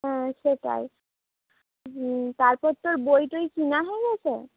হ্যাঁ সেটাই তারপর তোর বই টই কেনা হয়ে গেছে